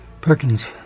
Perkins